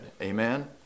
Amen